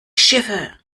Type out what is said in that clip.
schiffe